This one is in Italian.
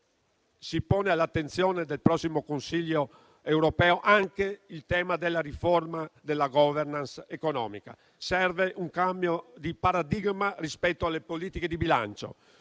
Si pone all'attenzione del prossimo Consiglio europeo anche il tema della riforma della *governance* economica. Serve un cambio di paradigma rispetto alle politiche di bilancio.